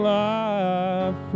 life